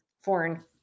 foreign